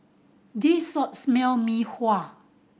this Mee Sua